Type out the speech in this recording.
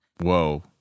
Whoa